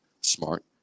smart